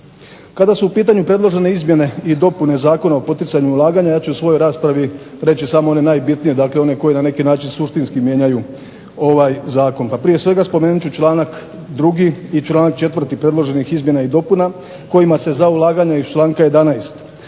Kada su u pitanju predložene izmjene i dopune Zakona o poticanju ulaganja, ja ću u svojoj raspravi reći samo one najbitnije, dakle one koji na neki način suštinski mijenjaju ovaj zakon. Pa prije svega spomenut ću članak 2. i članak 4. predloženih izmjena i dopuna, kojima se za ulaganje iz članka 11.,